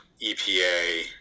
EPA